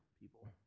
people